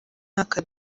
mwaka